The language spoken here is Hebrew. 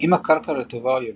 אם הקרקע רטובה או יבשה,